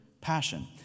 passion